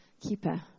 keeper